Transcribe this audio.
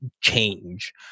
change